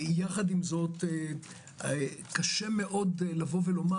יחד עם זאת, קשה מאוד לומר,